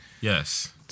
yes